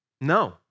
No